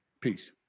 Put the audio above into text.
Peace